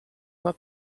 not